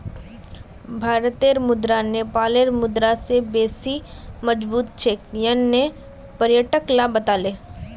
भारतेर मुद्रा नेपालेर मुद्रा स बेसी मजबूत छेक यन न पर्यटक ला बताले